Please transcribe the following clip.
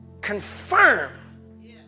confirm